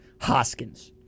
Hoskins